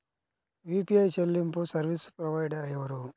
UPI చెల్లింపు service provider ఎవరు?